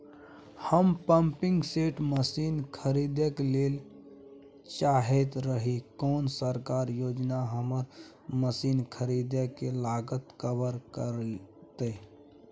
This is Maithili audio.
हम पम्पिंग सेट मसीन खरीदैय ल चाहैत रही कोन सरकारी योजना हमर मसीन खरीदय के लागत कवर करतय?